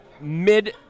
mid –